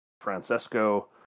Francesco